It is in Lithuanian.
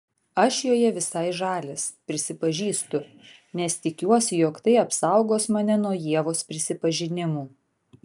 aš joje visai žalias prisipažįstu nes tikiuosi jog tai apsaugos mane nuo ievos prisipažinimų